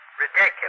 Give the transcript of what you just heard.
Ridiculous